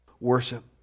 worship